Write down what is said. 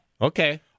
Okay